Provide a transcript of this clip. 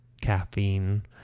caffeine